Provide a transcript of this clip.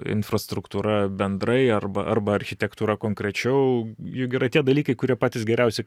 infrastruktūra bendrai arba arba architektūra konkrečiau juk yra tie dalykai kurie patys geriausi